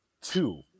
two